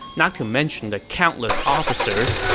not to mention the countless officers,